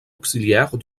auxiliaire